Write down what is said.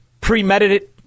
premeditated